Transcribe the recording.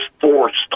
forced